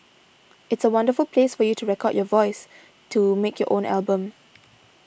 it's a wonderful place for you to record your voice to make your own album